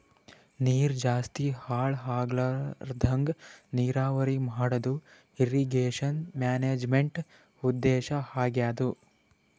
ನೀರ್ ಜಾಸ್ತಿ ಹಾಳ್ ಆಗ್ಲರದಂಗ್ ನೀರಾವರಿ ಮಾಡದು ಇರ್ರೀಗೇಷನ್ ಮ್ಯಾನೇಜ್ಮೆಂಟ್ದು ಉದ್ದೇಶ್ ಆಗ್ಯಾದ